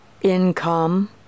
income